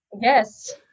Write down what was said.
yes